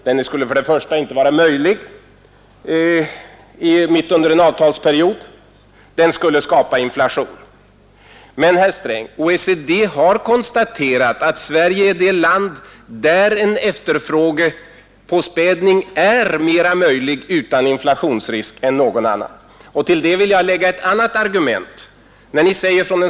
Den skulle inte vara möjlig mitt under en avtalsperiod, och den skulle skapa inflation. Men, herr Sträng, OECD har konstaterat att en efterfrågepåspädning är mer möjlig utan inflationsrisk i Sverige än i något annat land. Till detta vill jag lägga ett annat argument.